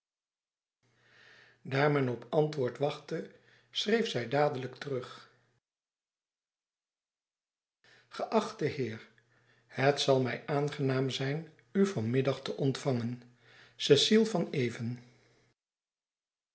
men op antwoord wachtte schreef zij dadelijk terug geachte heer het zal mij aangenaam zijn u vanmiddag te ontvangen cecile van even